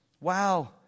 Wow